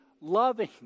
loving